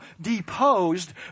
deposed